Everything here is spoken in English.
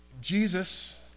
Jesus